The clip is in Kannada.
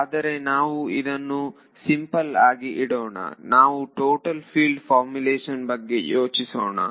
ಆದರೆ ನಾವು ಇದನ್ನು ಸಿಂಪಲ್ ಆಗಿ ಇಡೋಣ ನಾವು ಟೋಟಲ್ ಫೀಲ್ಡ್ ಫಾರ್ಮ್ಯುಲೆಷನ್ ಬಗ್ಗೆ ಯೋಚಿಸೋಣ